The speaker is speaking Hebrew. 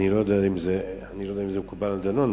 אני לא יודע לגבי חבר הכנסת דנון.